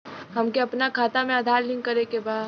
हमके अपना खाता में आधार लिंक करें के बा?